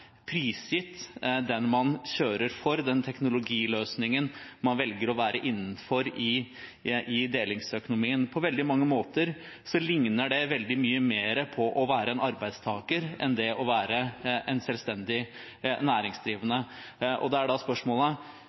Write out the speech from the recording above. prisgitt den man kjører for, den teknologiløsningen man velger å være innenfor, i delingsøkonomien. På veldig mange måter ligner det veldig mye mer på det å være en arbeidstaker enn det å være en selvstendig næringsdrivende. Og da er spørsmålet: